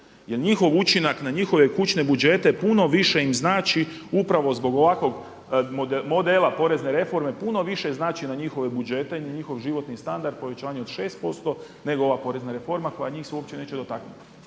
njihov učinak na njihove kućne budžete puno im više znači upravo zbog ovakvog modela porezne reforme puno više znači na njihove budžete i na njihov životni standard povećanje od 6% nego ova porezna reforma koja se njih uopće neće dotaknuti.